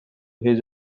his